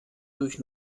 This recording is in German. durch